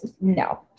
No